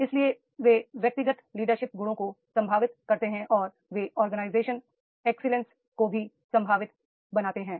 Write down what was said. इसलिए वे व्यक्तिगत लीडरशिप गुणों को संभावित बनाते हैं और वे ऑर्गेनाइजेशन एक्सीलेंस को भी संभावित बनाते हैं